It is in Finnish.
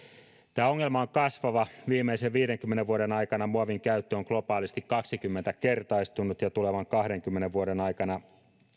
tämä ongelma on kasvava viimeisen viidenkymmenen vuoden aikana muovin käyttö on globaalisti kaksikymmentäkertaistunut ja tulevan kahdenkymmenen vuoden aikana